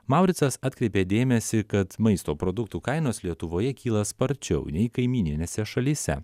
mauricas atkreipė dėmesį kad maisto produktų kainos lietuvoje kyla sparčiau nei kaimyninėse šalyse